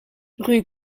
rue